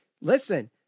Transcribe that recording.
listen